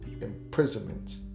imprisonment